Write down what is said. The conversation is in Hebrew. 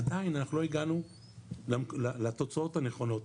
עדיין לא הגענו לתוצאות הנכונות,